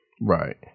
Right